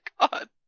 god